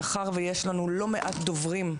מאחר ויש לנו לא מעט דוברים,